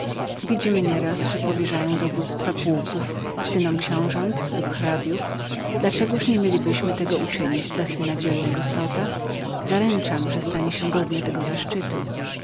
widzimy nieraz że powierzają dowództwa pułków synom książąt lub hrabiów dla czegoż niemielibyśmy tego uczynić dla syna dzielnego zota ja zaręczam za niego że stanie się godnym tego zaszczytu